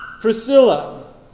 Priscilla